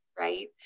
right